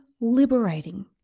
liberating